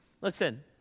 Listen